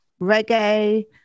reggae